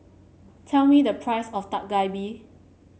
tell me the price of Dak Galbi